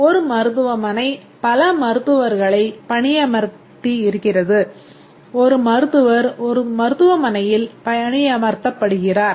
ஒரு மருத்துவமனை பல மருத்துவர்களைப் பணியமர்த்தி இருக்கிறது ஒரு மருத்துவர் ஒரு மருத்துவமனையில் பணியமர்த்த படுகிறார்